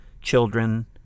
children